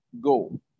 go